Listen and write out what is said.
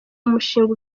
umushinga